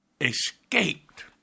escaped